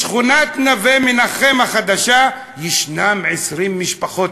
בשכונת נווה-מנחם החדשה יש 20 משפחות